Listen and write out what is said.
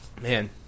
man